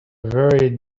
very